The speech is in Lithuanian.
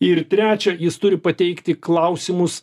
ir trečia jis turi pateikti klausimus